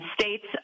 states